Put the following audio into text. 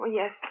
yes